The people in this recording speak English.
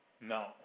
No